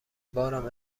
بارم